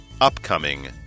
Upcoming